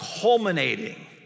Culminating